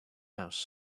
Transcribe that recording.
mouse